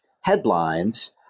headlines